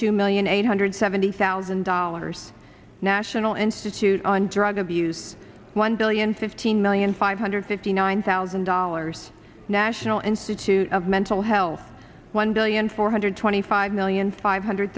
two million eight hundred seventy thousand dollars national institute on drug abuse one billion fifteen million five hundred fifty nine thousand dollars national institute of mental health one billion four hundred twenty five million five hundred